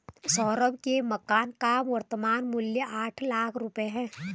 सौरभ के मकान का वर्तमान मूल्य आठ लाख रुपये है